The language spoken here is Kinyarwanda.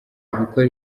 gukora